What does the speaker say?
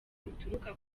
bituruka